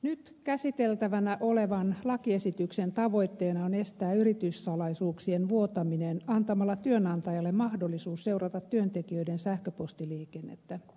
nyt käsiteltävänä olevan lakiesityksen tavoitteena on estää yrityssalaisuuksien vuotaminen antamalla työnantajalle mahdollisuus seurata työntekijöiden sähköpostiliikennettä